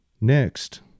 next